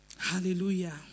Hallelujah